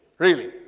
really?